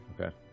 Okay